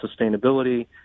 sustainability